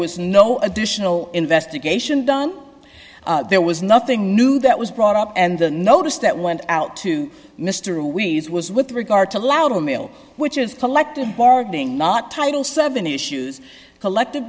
was no additional investigation done there was nothing new that was brought up and the notice that went out to mr always was with regard to loud a mail which is collective bargaining not title seven issues collective